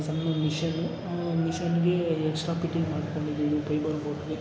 ಸಣ್ಣ ಮಿಷನ್ನು ಆ ಮಿಷನ್ನಿಗೆ ಎಕ್ಸ್ಟ್ರಾ ಪಿಟ್ಟಿಂಗ್ ಮಾಡ್ಕೊಂಡಿದೀನಿ ಪೈಬರ್ ಬೋಟಿಗೆ